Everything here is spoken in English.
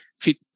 fit